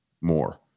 more